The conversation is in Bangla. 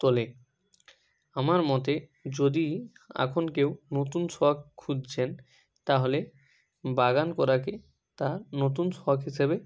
তোলে আমার মতে যদি এখন কেউ নতুন শখ খুঁজছেন তাহলে বাগান করাকে তার নতুন শখ হিসেবে